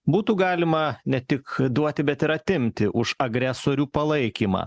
būtų galima ne tik duoti bet ir atimti už agresorių palaikymą